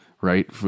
right